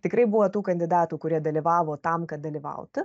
tikrai buvo tų kandidatų kurie dalyvavo tam kad dalyvauti